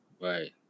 Right